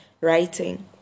writing